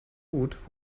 gut